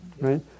right